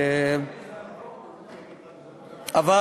אבל